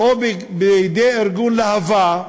או מידי ארגון להב"ה,